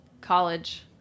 college